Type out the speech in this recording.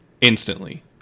instantly